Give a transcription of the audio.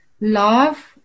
love